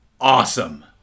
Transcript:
awesome